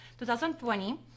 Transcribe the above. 2020